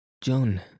John